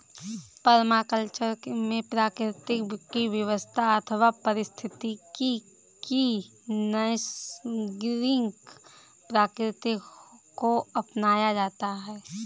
permaculture में प्रकृति की व्यवस्था अथवा पारिस्थितिकी की नैसर्गिक प्रकृति को अपनाया जाता है